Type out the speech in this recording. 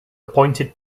appointed